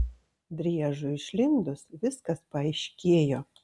driežui išlindus viskas paaiškėjo